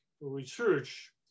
research